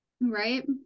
right